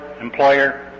employer